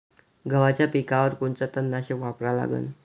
गव्हाच्या पिकावर कोनचं तननाशक वापरा लागन?